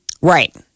Right